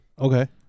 Okay